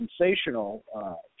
sensational